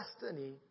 destiny